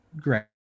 Great